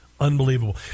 Unbelievable